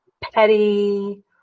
petty